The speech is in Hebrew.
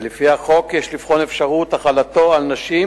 ולפי החוק יש לבחון אחת לשנתיים את אפשרות החלתו על נשים.